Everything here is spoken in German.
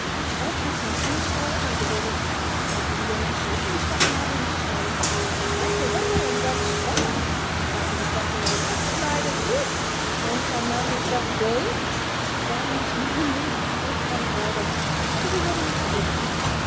da kommt eine eierschale angesegelt sagten die jungen und steckten die stopfnadel in die schale weiße wände und selbst schwarz sagte die stopfnadel das kleidet gut nun kann man mich doch sehen wenn ich nur nicht seekrank werde aber sie wurde nicht seekrank